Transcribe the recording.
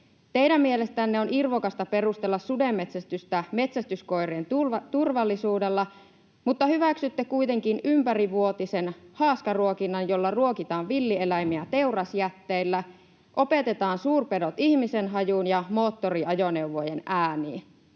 Teidän mielestänne on irvokasta perustella sudenmetsästystä metsästyskoirien turvallisuudella, mutta hyväksytte kuitenkin ympärivuotisen haaskaruokinnan, jolla ruokitaan villieläimiä teurasjätteillä, opetetaan suurpedot ihmisen hajuun ja moottoriajoneuvojen ääniin.